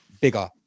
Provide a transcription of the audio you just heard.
bigger